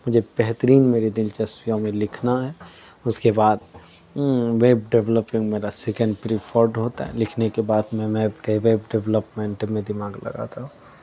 مجھے بہترین میری دلچسپیوں میں لکھنا ہے اس کے بعد ویب ڈیولپنگ میرا سیکینڈ پریفرڈ ہوتا ہے لکھنے کے بعد میں میں ڈے ویب ڈیولپمنٹ میں دماغ لگاتا ہوں